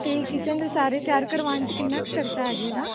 ਅਤੇ ਕਿਚਨ ਦੇ ਸਾਰੇ ਤਿਆਰ ਕਰਵਾਉਣ 'ਚ ਕਿੰਨਾ ਕੁ ਖਰਚਾ ਆ ਜਾਏਗਾ